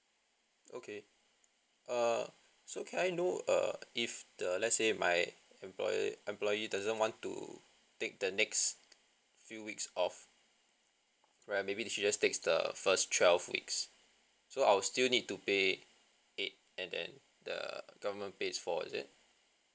okay err so can I know err if the let's say my employer employee doesn't want to take the next few weeks off right maybe she just takes the first twelve weeks so I'll still need to pay eight and then the government pays four is it